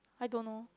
I don't know